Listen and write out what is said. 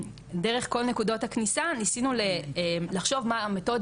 נקודות הכניסה ניסינו לחשוב מה המתודה